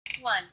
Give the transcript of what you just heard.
One